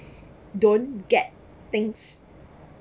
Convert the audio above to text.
don't get things